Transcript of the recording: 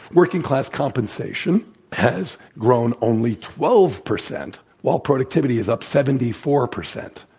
working class compensation has grown only twelve percent while productivity is up seventy four percent.